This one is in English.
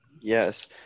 Yes